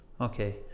okay